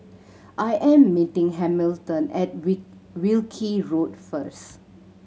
I am meeting Hamilton at weak Wilkie Road first